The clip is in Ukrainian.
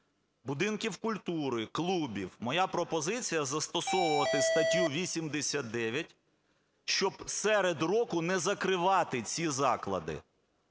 будинків культури, клубів, моя пропозиція: застосовувати статтю 89, щоб серед року не закривати ці заклади